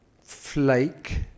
Flake